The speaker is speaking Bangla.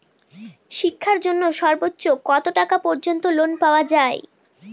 শিক্ষার জন্য সর্বোচ্চ কত টাকা পর্যন্ত লোন পাওয়া য়ায়?